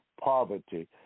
poverty